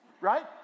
right